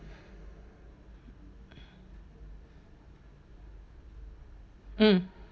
mm